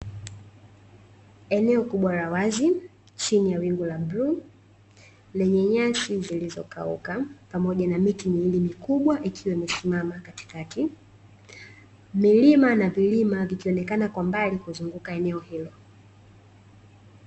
Eneo kubwa la wazi chini ya wingu la bluu, lenye nyasi zilizokauka, pamoja na miti miwili mikubwa ikiwa imesimama katikati, milima na vilima vikionekana kwa mbali kuzunguka eneo hilo.